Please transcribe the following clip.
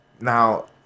Now